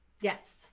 Yes